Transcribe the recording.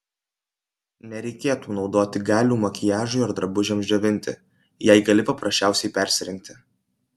nereikėtų naudoti galių makiažui ar drabužiams džiovinti jei gali paprasčiausiai persirengti